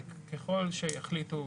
ככל שיחליטו